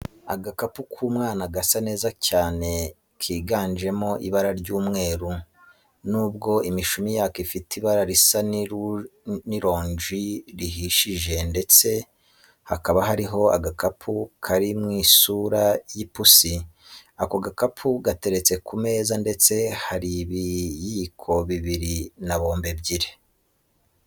Agakapu k'umwana gasa neza cyane kiganjemo ibara ry'umweru, n'ubwo imishumi yako ifite ibara risa n'irunji rihishije ndetse hakaba hariho agapupe kari mu isura y'ipusi. Ako gakapu gateretse ku meza ndetse hari n'ibiyiko bibiri na bombo ebyiri.